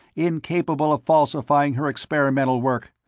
incapable of falsifying her experimental work.